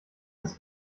das